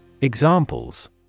Examples